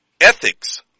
ethics